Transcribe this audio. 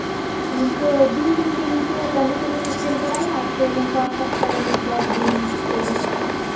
ᱱᱤᱝᱠᱟᱹ ᱫᱤᱱ ᱫᱤᱱ ᱜᱮ ᱱᱤᱝᱠᱟᱹ ᱴᱟᱺᱰᱤ ᱠᱚᱨᱮ ᱯᱮ ᱠᱷᱮᱞ ᱵᱟᱲᱟᱭᱟ ᱥᱮ ᱱᱚᱝᱠᱟ ᱥᱚᱯᱛᱟᱦᱚ ᱨᱮ ᱢᱤᱫᱼᱵᱟᱨ ᱫᱤᱱ ᱠᱚᱜᱮ